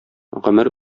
гомер